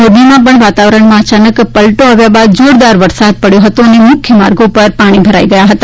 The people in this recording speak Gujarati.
મોરબીમાં પણ વાતાવરણમાં અચાનક પલટો આવ્યા બાદ જોરદાર વરસાદ પડ્યો હતો અને મુખ્ય માર્ગો ઉપર પાણી ભરાઇ ગયા હતા